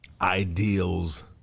ideals